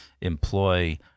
employ